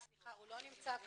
הוא לא נמצא כאן.